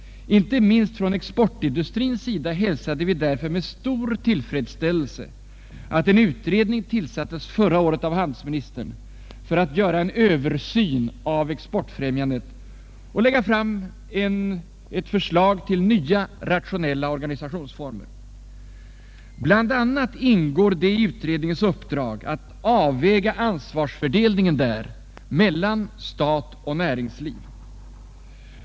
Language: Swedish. Inte minst från exportindustrins sida hälsade vi därför med stor tillfredsställelse att en utredning tillsattes förra året av handelsministern för att göra en Översyn av exportfrämjandet och framlägga förslag til nya rationella organisationsformer. Bl. a. ingår det i utredningens uppdrag att avväga ansvarsfördelningen mellan stat och näringsliv.